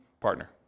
partner